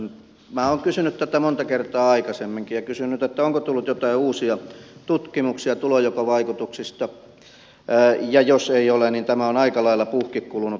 minä olen kysynyt tätä monta kertaa aikaisemminkin ja kysyn nyt onko tullut joitain uusia tutkimuksia tulonjakovaikutuksista ja jos ei ole niin tämä on aika lailla puhki kulunut hokema